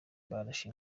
barashe